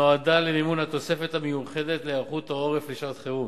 נועדה למימון התוספת המיוחדת להיערכות העורף לשעת חירום.